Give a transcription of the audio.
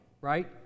right